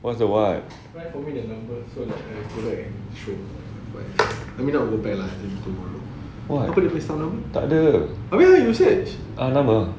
what's the what what tak ada ah nama